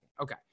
Okay